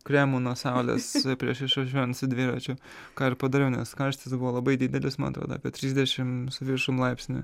kremu nuo saulės prieš išvažiuojant su dviračiu ką ir padariau nes karštis buvo labai didelis man atrodo apie trisdešim su viršum laipsnių